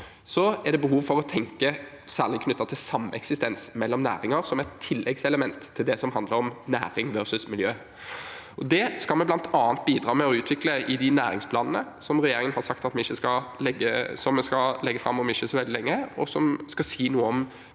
havs, er behov for å tenke over særlig det som er knyttet til sameksistens mellom næringer, som et tilleggselement til det som handler om næring versus miljø. Det skal vi bl.a. bidra med å utvikle i de næringsplanene som regjeringen har sagt at vi skal legge fram om ikke så veldig